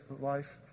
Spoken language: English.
life